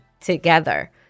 together